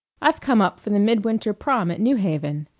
i've come up for the midwinter prom at new haven,